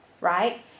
right